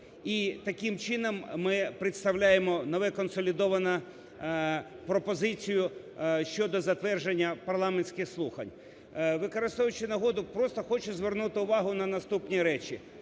І таким чином ми представляємо нову консолідовану пропозицію щодо затвердження парламентських слухань. Використовуючи нагоду, просто хочу звернути увагу на наступні речі.